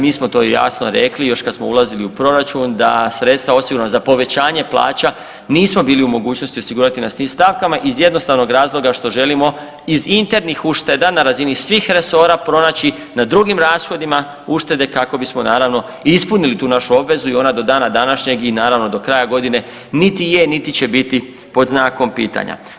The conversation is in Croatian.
Mi smo to i jasno rekli još kad smo ulazili u proračun da sredstva osigurana za povećanje plaća nismo bili u mogućnosti osigurati na tim stavkama iz jednostavnog razloga što želimo iz internih ušteda na razini svih resora pronaći na drugim rashodima uštede kako bismo naravno i ispunili tu našu obvezu i ona do dana današnjeg i naravno do kraja godine niti je niti će biti pod znakom pitanja.